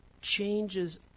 changes